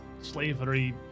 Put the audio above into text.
slavery